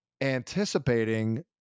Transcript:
anticipating